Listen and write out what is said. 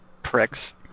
pricks